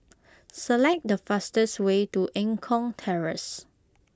select the fastest way to Eng Kong Terrace